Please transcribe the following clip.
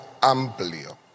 amplio